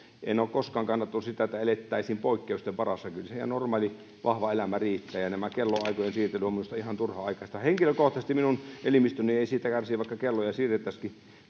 en ole koskaan kannattanut sitä että elettäisiin poikkeusten varassa kyllä se ihan normaali vahva elämä riittää tämä kellonaikojen siirtely on minusta ihan turhanaikaista henkilökohtaisesti minun elimistöni ei siitä kärsi vaikka kelloja siirrettäisiinkin